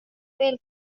veel